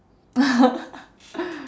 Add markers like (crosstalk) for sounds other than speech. (laughs)